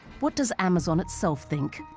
what does amazon itself think?